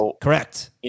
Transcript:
Correct